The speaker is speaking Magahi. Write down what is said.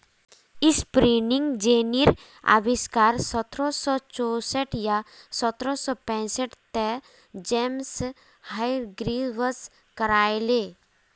स्पिनिंग जेनीर अविष्कार सत्रह सौ चौसठ या सत्रह सौ पैंसठ त जेम्स हारग्रीव्स करायले